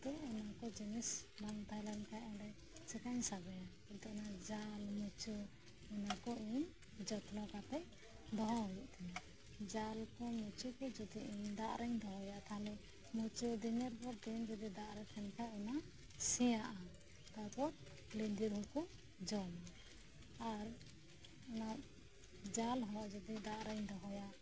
ᱛᱚ ᱩᱱᱠᱩ ᱡᱤᱱᱤᱥ ᱵᱟᱝᱛᱟᱦᱮᱸ ᱞᱮᱱᱠᱷᱟᱡ ᱪᱮᱠᱟᱧ ᱥᱟᱵᱮᱭᱟ ᱠᱤᱱᱛᱩ ᱚᱱᱟ ᱡᱟᱞ ᱢᱩᱪᱩ ᱚᱱᱟᱠᱩ ᱤᱧ ᱡᱚᱛᱱᱚ ᱠᱟᱛᱮᱜ ᱫᱚᱦᱚ ᱦᱩᱭᱩᱜ ᱛᱤᱧᱟᱹ ᱡᱟᱞᱠᱩ ᱢᱩᱪᱩᱠᱩ ᱡᱩᱫᱤ ᱤᱧ ᱫᱟᱜᱨᱮᱧ ᱰᱚᱦᱚᱭᱟ ᱛᱟᱦᱚᱞᱮ ᱢᱩᱪᱩ ᱰᱤᱱᱮᱨ ᱯᱚᱨ ᱫᱤᱱ ᱡᱚᱫᱤ ᱫᱟᱜᱨᱮ ᱛᱟᱦᱮᱱ ᱠᱷᱟᱡ ᱚᱱᱟ ᱥᱮᱭᱟᱜᱼᱟ ᱛᱟᱯᱚᱨ ᱧᱤᱫᱤᱨ ᱦᱩᱠᱩ ᱡᱚᱢᱟ ᱟᱨ ᱚᱱᱟ ᱡᱟᱞᱦᱚᱸ ᱡᱚᱫᱤ ᱚᱟᱲᱜᱨᱮᱧ ᱫᱚᱦᱚᱭᱟ